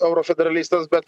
euro federalistas bet